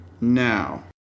now